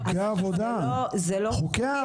חוקי העבודה לא ההפרשה.